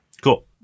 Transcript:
Cool